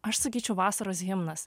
aš sakyčiau vasaros himnas